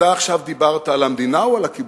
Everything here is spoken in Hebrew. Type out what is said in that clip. עכשיו דיברת על המדינה או על הקיבוץ?